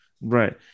Right